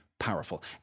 powerful